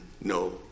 No